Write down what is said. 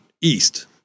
east